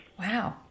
Wow